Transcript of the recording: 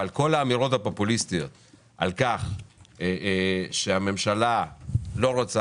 אבל כל האמירות הפופוליסטיות על כך שהממשלה לא רוצה